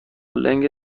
لنگ